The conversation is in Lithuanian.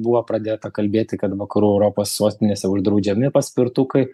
buvo pradėta kalbėti kad vakarų europos sostinėse uždraudžiami paspirtukai